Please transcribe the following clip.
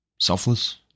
selfless